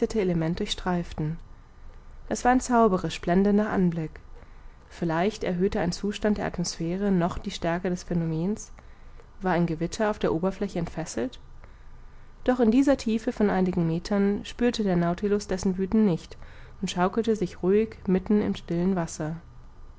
element durchstreiften es war ein zauberisch blendender anblick vielleicht erhöhte ein zustand der atmosphäre noch die stärke des phänomens war ein gewitter auf der oberfläche entfesselt doch in dieser tiefe von einigen meter spürte der nautilus dessen wüthen nicht und schaukelte sich ruhig mitten in stillen wassern